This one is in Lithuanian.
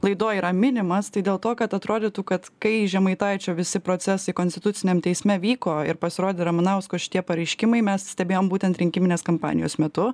laidoj yra minimas tai dėl to kad atrodytų kad kai žemaitaičio visi procesai konstituciniam teisme vyko ir pasirodė ramanausko šitie pareiškimai mes stebėjom būtent rinkiminės kampanijos metu